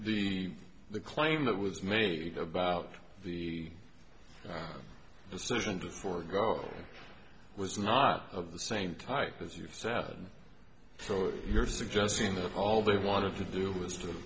what the claim that was made about the decision to forego was not of the same type as you've said so you're suggesting that all they wanted to do was to